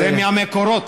זה מהמקורות.